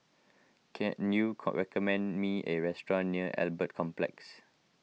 can you recommend me a restaurant near Albert Complex